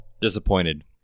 disappointed